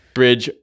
bridge